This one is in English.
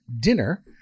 dinner